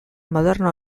moderno